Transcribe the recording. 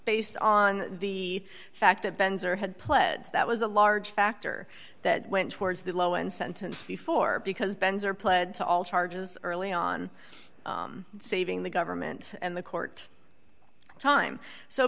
based on the fact that bends or had pled that was a large factor that went towards the low end sentence before because ben's or pled to all charges early on saving the government and the court time so